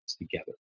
together